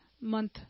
month